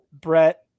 Brett